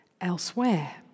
elsewhere